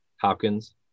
Hopkins